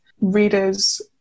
readers